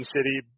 City